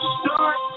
start